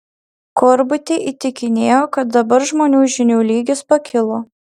korbutė įtikinėjo kad dabar žmonių žinių lygis pakilo